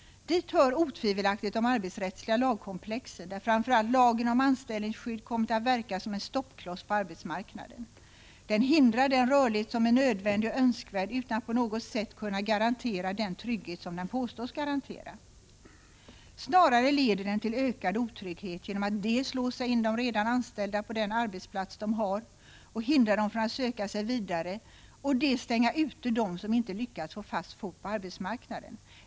Dit hör otvivelaktigt de arbetsrättsliga lagkomplexen, där framför allt lagen om anställningsskydd kommit att verka som en stoppkloss på arbetsmarknaden. Den hindrar den rörlighet som är nödvändig och önskvärd utan att på något sätt kunna garantera den trygghet som den påstås garantera. Snarare leder den till ökad otrygghet genom att dels låsa in de redan anställda på den arbetsplats de har och hindra dem från att söka sig vidare, dels stänga ute dem som inte lyckats få fast fot på arbetsmarknaden.